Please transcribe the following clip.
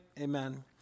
amen